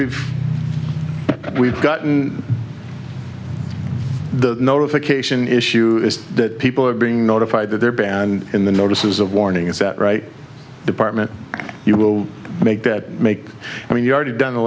we've we've gotten the notification issue that people are being notified that they're banned in the notices of warning is that right department you will make that make i mean you already done